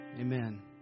Amen